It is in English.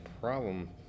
problem